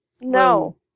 No